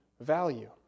value